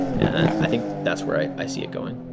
and i think that's where i i see it going.